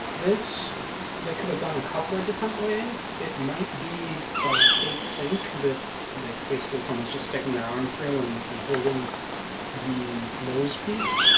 this that could have done a couple of different ways it might be a fake sink that basically someone's just sticking their arm through and and holding the nose piece.